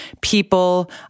people